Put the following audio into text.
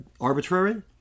Arbitrary